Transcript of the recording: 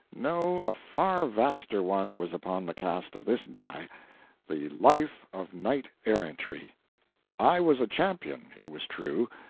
no, a far vaster one was upon the cast of this die the life of knight-errantry. i was a champion, it was true,